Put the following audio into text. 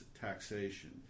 taxation